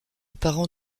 parents